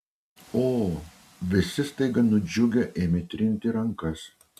o visi staiga nudžiugę ėmė trinti rankas